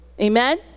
Amen